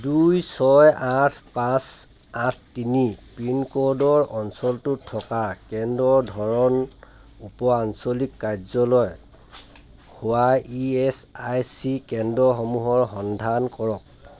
দুই ছয় আঠ পাঁচ আঠ তিনি পিনক'ডৰ অঞ্চলটোত থকা কেন্দ্ৰৰ ধৰণ উপ আঞ্চলিক কাৰ্যালয় হোৱা ই এচ আই চি কেন্দ্ৰসমূহৰ সন্ধান কৰক